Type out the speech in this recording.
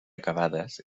acabades